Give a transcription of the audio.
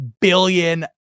billion